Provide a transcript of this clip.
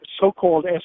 so-called